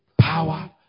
power